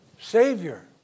Savior